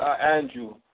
Andrew